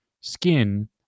skin